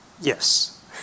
Yes